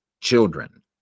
children